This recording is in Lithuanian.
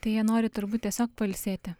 tai jie nori turbūt tiesiog pailsėti